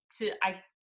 to—I